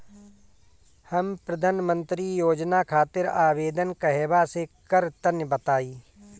हम प्रधनमंत्री योजना खातिर आवेदन कहवा से करि तनि बताईं?